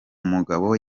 mugabo